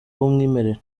w’umwimerere